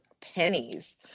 pennies